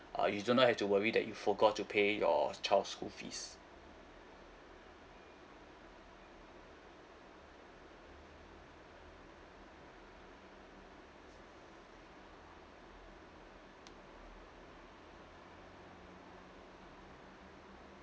uh you do not have to worry that you forgot to pay your child's school fees